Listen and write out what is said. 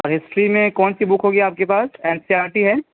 اور ہسٹری میں کون سی بک ہو گی آپ کے پاس این سی آر ٹی ہے